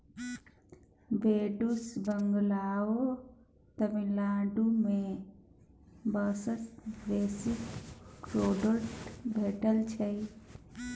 ओड़िसा, बंगाल आ तमिलनाडु मे सबसँ बेसी क्रोकोडायल भेटै छै